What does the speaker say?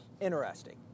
interesting